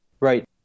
Right